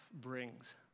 brings